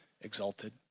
exalted